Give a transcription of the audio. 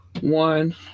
one